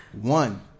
one